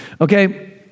Okay